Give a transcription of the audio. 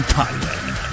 Thailand